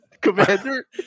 commander